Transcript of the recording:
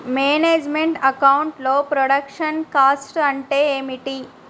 Manage meant account లో production cost అంటే ఏమిటి?